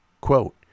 quote